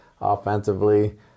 offensively